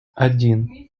один